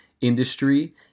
industry